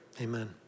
Amen